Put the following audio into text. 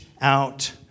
out